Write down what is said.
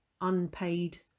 unpaid